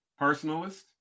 personalist